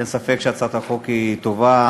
אין ספק שהצעת החוק היא טובה.